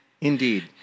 Indeed